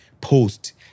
post